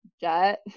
jet